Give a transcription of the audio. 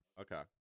Okay